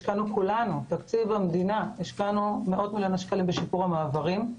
השקענו כולנו מתקציב המדינה מאות מיליוני שקלים בשיפור המעברים.